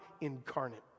incarnate